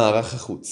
מערך החוץ